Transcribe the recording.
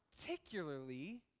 particularly